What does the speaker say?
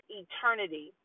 eternity